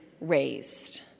raised